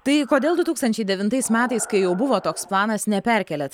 tai kodėl du tūkstančiai devintais metais kai jau buvo toks planas neperkėlėt